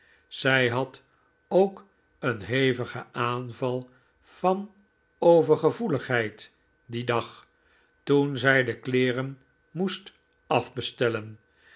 zij had ook een hevigen aanval van overgevoeligheid dien dag toen zij de kleeren moest afbestellen